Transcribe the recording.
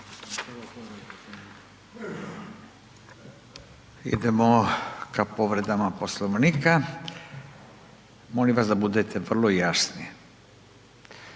Idemo ka povredama Poslovnika, molim vas da budete vrlo jasni.